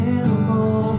animal